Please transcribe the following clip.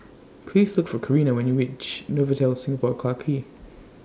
Please Look For Corinna when YOU REACH Novotel Singapore Clarke Quay